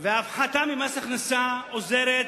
הפחתה במס הכנסה עוזרת